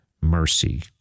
mercy